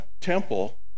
temple